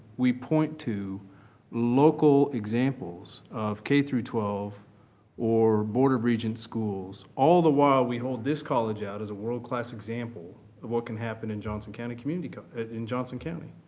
we point to local examples of k twelve or board of regents schools, all the while we hold this college out as a world-class example of what can happen in johnson county community in johnson county.